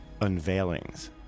unveilings